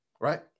right